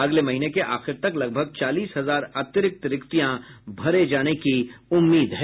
अगले महीने के आखिर तक लगभग चालीस हजार अतिरिक्त रिक्तियां भरे जाने की उम्मीद है